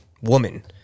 woman